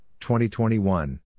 2021